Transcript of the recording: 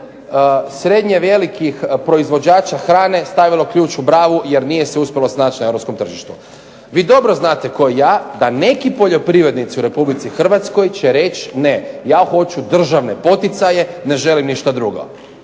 srednje velikih proizvođača hrane stavila ključ u bravu jer nije se uspjela snaći na europskom tržištu. Vi dobro znate kao i ja da neki poljoprivrednici u Republici Hrvatskoj će reći ne, ja hoću državne poticaje, ne želim ništa drugo.